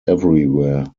everywhere